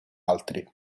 altri